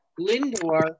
Lindor